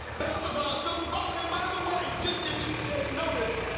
that was awesome. oh, and by the way, just if you haven't noticed,